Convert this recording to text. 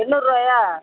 எண்ணூறுருவாயா